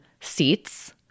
seats